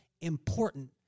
important